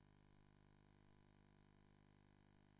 D9 על